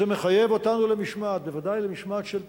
זה מחייב אותנו למשמעת, בוודאי למשמעת של תשלום.